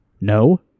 No